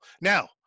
now